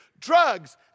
drugs